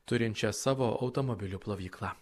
turinčia savo automobilių plovyklą